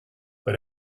but